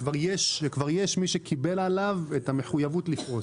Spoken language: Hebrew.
יש כבר מי שקיבל עליו את המחויבות לפרוס.